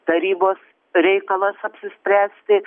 tarybos reikalas apsispręsti